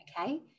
okay